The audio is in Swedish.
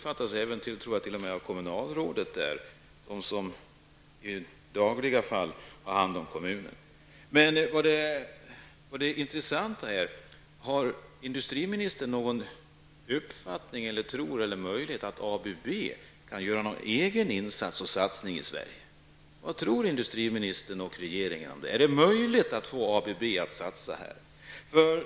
Jag tror t.o.m. att kommunalråden i Ludvika, som har hand om kommunen dagligdags, har uppfattat det så. Det intressanta är om industriministern har någon uppfattning om ifall ABB kan göra någon egen satsning i Sverige. Vad tror industriministern och regeringen om det? Är det möjligt att få ABB att satsa här?